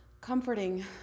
Comforting